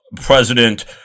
president